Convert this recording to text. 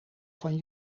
van